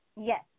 yes